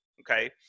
Okay